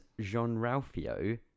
Jean-Ralphio